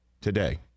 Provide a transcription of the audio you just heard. today